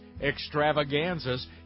Extravaganzas